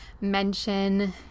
mention